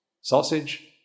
sausage